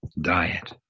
diet